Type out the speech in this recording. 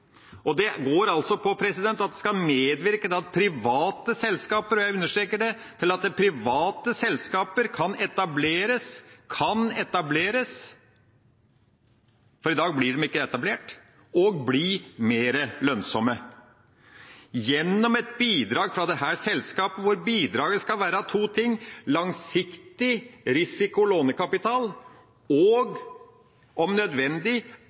Det går altså på at vi skal medvirke til at private selskaper, og jeg understreker det, kan etableres – for i dag blir de ikke etablert – og bli mer lønnsomme gjennom et bidrag fra selskapet. Og bidraget skal være to ting: langsiktig risiko lånekapital og, om nødvendig,